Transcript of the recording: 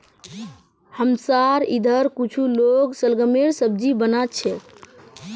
हमसार इधर कुछू लोग शलगमेर सब्जी बना छेक